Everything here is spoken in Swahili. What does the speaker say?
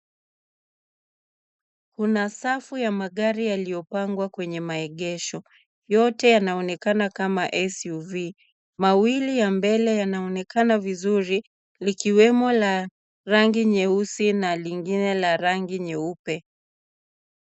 Kuna safi ya gari yaliyopangwa kwenye maegesho. Yote yanaonekana kama suv . Mawili ya mbele yanaonekana vizuri likiwemo la rangi nyeusi na lengine la rangi nyeupe.